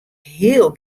heel